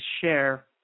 share